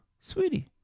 Sweetie